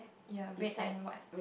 ya red and white